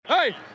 Hey